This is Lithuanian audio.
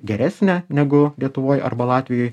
geresnė negu lietuvoj arba latvijoj